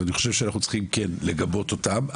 אז אני חושב שאנחנו צריכים כן לגבות אותם,